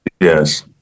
Yes